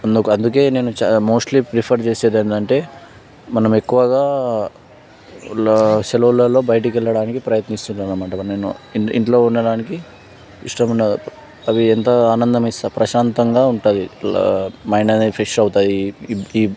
అందుకు అందుకే నేను చాలా మోస్ట్లీ ప్రిఫర్ చేసేది ఏంటంటే మనం ఎక్కువగా ఇలా సెలవులలో బయటికి వెళ్లడానికి ప్రయత్నిస్తున్నాను అన్న మాట నేను ఇంట్లో ఉండడానికి ఇష్టముండదు అవి ఎంత ఆనందంగా ప్రశాంతంగా ఉంటుంది ఇలా మైండ్ అనేది ఫ్రెష్ అవుతాయి